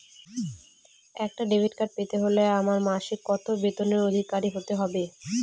একটা debit card পেতে হলে আমার মাসিক কত বেতনের অধিকারি হতে হবে?